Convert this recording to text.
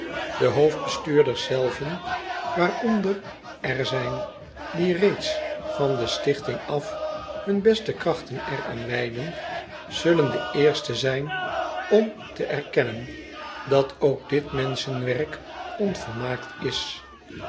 de hoofdbestuurders zelven waaronder er zijn die reeds van de stichting af hun beste krachten er aan wijden zullen de eersten zijn om te erkennen dat ook dit menschenwerk onvolmaakt is